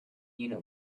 unit